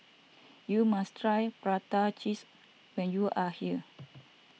you must try Prata Cheese when you are here